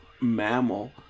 mammal